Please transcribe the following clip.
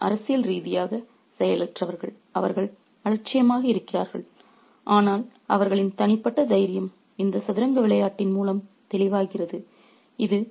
எனவே அவர்கள் அரசியல் ரீதியாக செயலற்றவர்கள் அவர்கள் அலட்சியமாக இருக்கிறார்கள் ஆனால் அவர்களின் தனிப்பட்ட தைரியம் இந்த சதுரங்க விளையாட்டின் மூலமும் தெளிவாகிறது